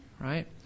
right